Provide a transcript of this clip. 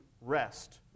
rest